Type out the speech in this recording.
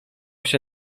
się